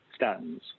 statins